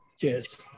Cheers